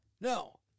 no